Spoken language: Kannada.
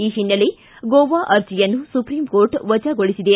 ಈ ಹಿನ್ನೆಲೆ ಗೋವಾ ಅರ್ಜಿಯನ್ನು ಸುಪ್ರೀಂ ಕೋರ್ಟ್ ವಜಾಗೊಳಿಸಿದೆ